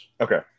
Okay